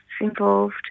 involved